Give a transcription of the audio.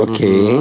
Okay